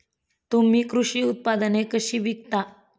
तुम्ही कृषी उत्पादने कशी विकता?